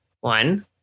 one